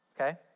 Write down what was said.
Okay